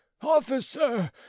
Officer